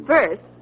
First